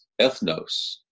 ethnos